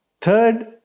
Third